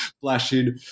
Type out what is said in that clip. flashing